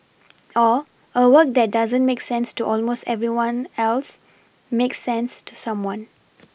or a work that doesn't make sense to almost everyone else makes sense to someone